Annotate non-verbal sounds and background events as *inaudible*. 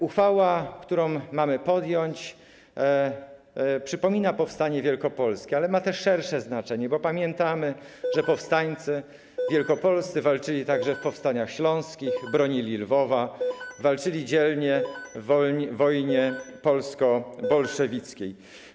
Ustawa, którą mamy uchwalić, przypomina powstanie wielkopolskie, ale ma też szersze znaczenie, bo pamiętamy, *noise* że powstańcy wielkopolscy walczyli także w powstaniach śląskich, bronili Lwowa, walczyli dzielnie w wojnie polsko-bolszewickiej.